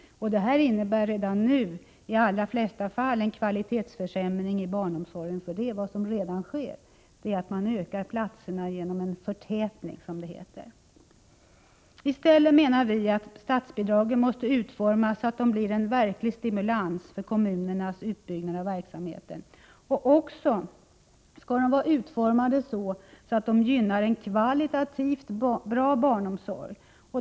Detta innebär redan nu i de flesta fall en kvalitetsförsämring för barnomsorgen. Vad som redan sker är nämligen att man ökar antalet platser genom en förtätning, som det heter. I stället, menar vi, måste statsbidragen utformas så att de blir en verklig stimulans för kommunernas utbyggnad av verksamheten. Bidragen bör också vara så utformade att de gynnar en kvalitativt bra barnomsorg.